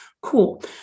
Cool